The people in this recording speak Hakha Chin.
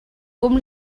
kum